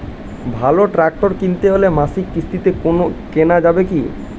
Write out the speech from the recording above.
ভালো ট্রাক্টর কিনতে হলে মাসিক কিস্তিতে কেনা যাবে কি?